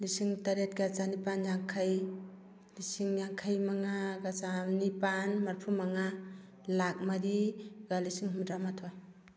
ꯂꯤꯁꯤꯡ ꯇꯔꯦꯠꯀ ꯆꯅꯤꯄꯥꯜ ꯌꯥꯡꯈꯩ ꯂꯤꯁꯤꯡ ꯌꯥꯡꯈꯩꯃꯉꯥꯒ ꯆꯅꯤꯄꯥꯜ ꯃꯔꯤꯐꯨꯃꯉꯥ ꯂꯥꯈ ꯃꯔꯤꯒ ꯂꯤꯁꯤꯡ ꯍꯨꯝꯐꯨꯇꯔꯥꯃꯥꯊꯣꯏ